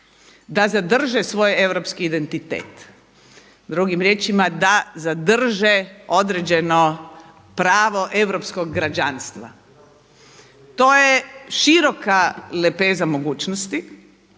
da zadrže svoj europski identitet. Drugim riječima da zadrže određeno pravo europskog građanstva. To je široka lepeza mogućnosti.